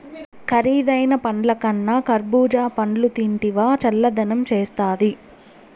కరీదైన పండ్లకన్నా కర్బూజా పండ్లు తింటివా చల్లదనం చేస్తాది